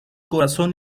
corazón